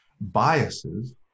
biases